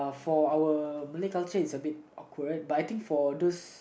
for our Malay culture it's a bit awkward but I think for those